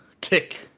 Kick